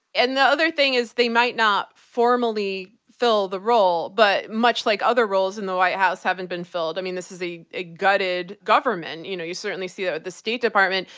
and the other thing is, they might not formally fill the role, but much like other roles in the white house haven't been filled. i mean, this is a a gutted government. you know you certainly see that with the state department.